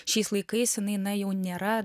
šiais laikais jinai na jau nėra